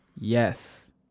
Yes